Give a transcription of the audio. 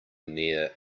near